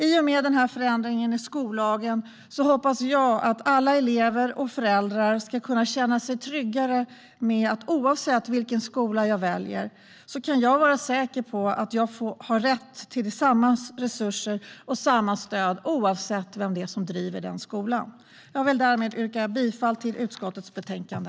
I och med denna förändring i skollagen hoppas jag att alla elever och föräldrar ska kunna känna sig tryggare med att oavsett vilken skola de väljer ska de kunna vara säkra på att eleverna har rätt till samma resurser och samma stöd oavsett vem som driver skolan. Jag vill därmed yrka bifall till förslaget i utskottets betänkande.